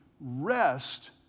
rest